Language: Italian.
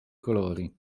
colori